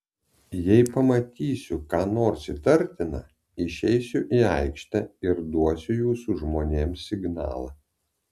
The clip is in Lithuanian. jei pamatysiu ką nors įtartina išeisiu į aikštę ir duosiu jūsų žmonėms signalą